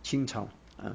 清朝 uh